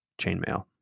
chainmail